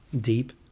deep